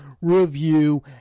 review